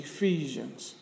Ephesians